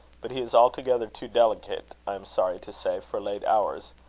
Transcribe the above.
but he is altogether too delicate, i am sorry to say, for late hours,